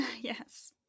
yes